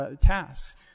tasks